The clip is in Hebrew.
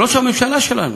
ראש הממשלה שלנו,